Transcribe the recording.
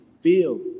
feel